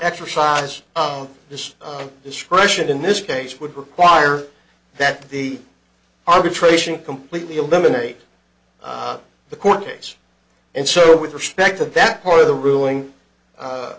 exercise of this discretion in this case would require that the arbitration completely eliminate the court case and so with respect to the back part of the ruling